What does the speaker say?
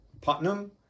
Putnam